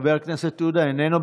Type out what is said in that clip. חבר הכנסת עודה איננו.